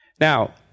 Now